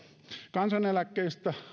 kansaneläkkeistä